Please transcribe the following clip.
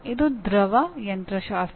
ಇದು ದ್ರವ ಯಂತ್ರಶಾಸ್ತ್ರ